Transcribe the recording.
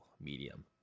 medium